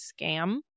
scam